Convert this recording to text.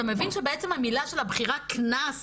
אתה מבין שבעצם המילה של הבחירה קנס